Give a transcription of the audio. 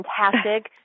fantastic